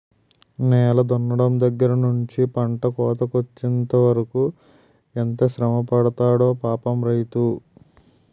నేల దున్నడం దగ్గర నుంచి పంట కోతకొచ్చెంత వరకు ఎంత శ్రమపడతాడో పాపం రైతు